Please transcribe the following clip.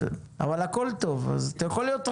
אבל הכול טוב אז אתה יכול להיות רגוע.